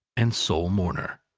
and sole mourner.